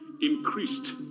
increased